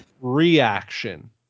reaction